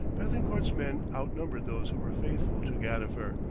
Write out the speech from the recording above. bethencourt's men outnumbered those who were faithful to gadifer,